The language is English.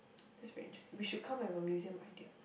that's very interesting we should come up with a museum idea